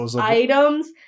items